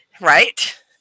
right